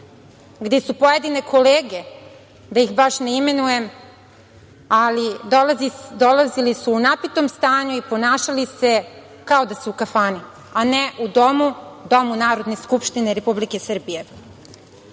gde su pojedine kolege, da ih baš ne imenujem, ali dolazili su u napitom stanju i ponašali se kao da su u kafani, a ne u Domu Narodne skupštine Republike Srbije. To